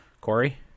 Corey